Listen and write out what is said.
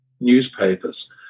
newspapers